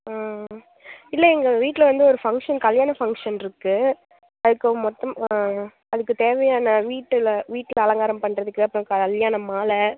ஆ இல்லை எங்கள் வீட்டில் வந்து ஒரு ஃபங்க்ஷன் கல்யாண ஃபங்க்ஷனிருக்கு அதுக்கு மொத்தம் அதுக்கு தேவையான வீட்டில் வீட்டில் அலங்காரம் பண்ணுறதுக்கு அப்றம் கல்யாண மாலை